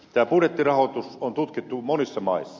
tämä budjettirahoitus on tutkittu monissa maissa